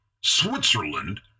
Switzerland